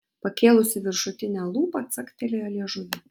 pakėlusi viršutinę lūpą caktelėjo liežuviu